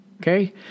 Okay